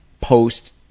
post